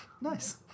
Nice